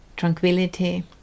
tranquility